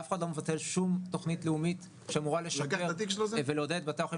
אף אחד לא מבטל שום תכנית לאומית שאמורה לשפר ולעודד את בתי החולים